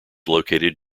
located